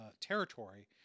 territory